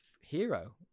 hero